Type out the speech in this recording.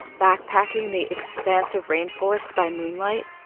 backpacking the expansive rainforest by moonlight.